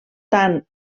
tant